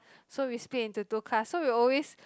so we split into two class so we always